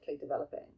developing